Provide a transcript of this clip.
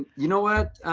you know what,